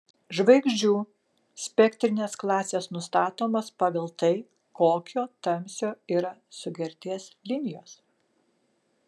žvaigždžių spektrinės klasės nustatomos pagal tai kokio tamsio yra sugerties linijos